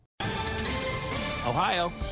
Ohio